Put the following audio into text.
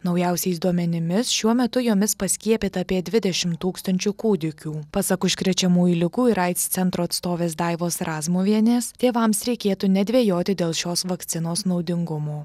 naujausiais duomenimis šiuo metu jomis paskiepyta apie dvidešimt tūkstančių kūdikių pasak užkrečiamųjų ligų ir aids centro atstovės daivos razmuvienės tėvams reikėtų nedvejoti dėl šios vakcinos naudingumo